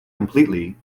completely